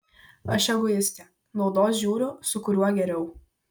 aš egoistė naudos žiūriu su kuriuo geriau